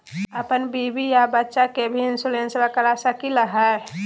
अपन बीबी आ बच्चा के भी इंसोरेंसबा करा सकली हय?